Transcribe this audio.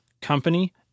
company